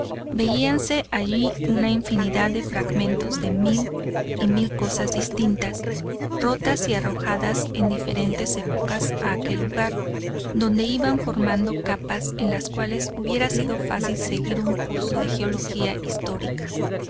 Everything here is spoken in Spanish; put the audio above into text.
veíanse allí una infinidad de fragmentos de mil y mil cosas distintas rotas y arrojadas en diferentes épocas a aquel lugar donde iban formando capas en las cuales hubiera sido fácil seguir un curso de geología histórica